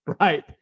Right